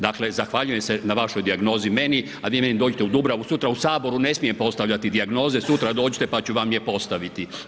Dakle zahvaljujem se na vašoj dijagnozi meni a vi meni dođite u Dubravu sutra, u Saboru ne smijem postavljati dijagnoze, sutra dođite pa ću vam je postaviti.